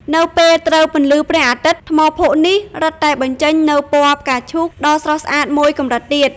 នៅពេលត្រូវពន្លឺព្រះអាទិត្យ ថ្មភក់នេះរឹតតែបញ្ចេញនូវពណ៌ផ្កាឈូកដ៏ស្រស់ស្អាតមួយកម្រិតទៀត។